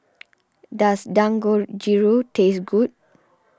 does Dangojiru taste good